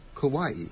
Kauai